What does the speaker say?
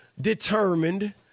determined –